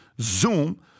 Zoom